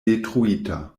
detruita